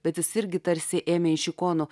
bet jis irgi tarsi ėmė iš ikonų